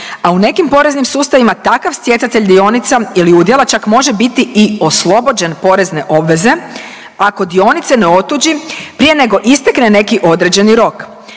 a u nekim poreznim sustavima takav stjecatelj dionica ili udjela čak može biti i oslobođen porezne obveze ako dionice ne otuđi prije nego istekne neki određeni rok,